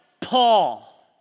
Paul